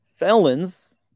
felons